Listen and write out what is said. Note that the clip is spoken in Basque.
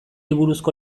buruzko